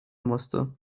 musste